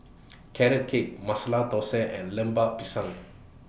Carrot Cake Masala Thosai and Lemper Pisang